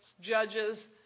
judges